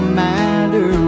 matter